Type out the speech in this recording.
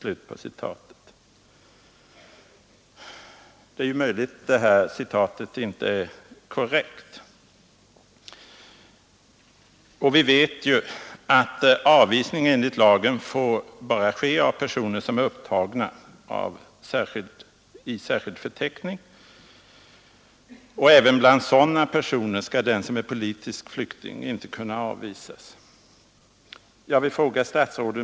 ” Det är naturligtvis möjligt att denna återgivning av ordväxlingen inte är korrekt; vi vet ju att avvisning enligt lagen bara får ske av personer som är upptagna i särskild förteckning. Även bland dessa personer skall den som är politisk flykting inte kunna avvisas.